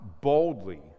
boldly